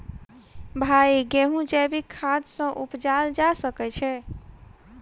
भाई गेंहूँ जैविक खाद सँ उपजाल जा सकै छैय?